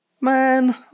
Man